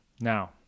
Now